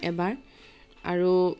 এবাৰ আৰু